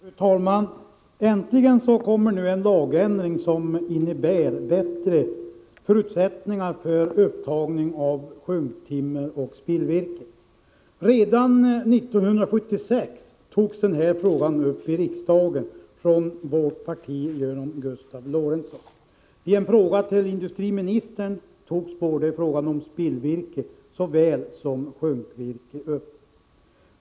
Fru talman! Äntligen kommer nu en lagändring som innebär bättre förutsättningar för upptagning av sjunktimmer och spillvirke. Redan 1976 togs denna fråga upp i riksdagen från vårt partis sida av Gustav Lorentzon. I en fråga till industriministern berördes både spillvirke och sjunkvirke.